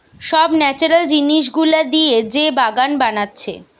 সব ন্যাচারাল জিনিস গুলা দিয়ে যে বাগান বানাচ্ছে